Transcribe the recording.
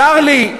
צר לי,